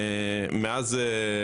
קופות החולים